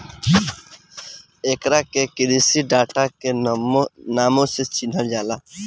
एकरा के कृषि डाटा के नामो से चिनहल जाला